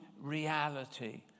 reality